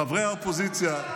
חברי האופוזיציה,